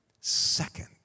second